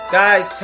guys